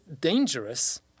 dangerous